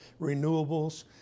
renewables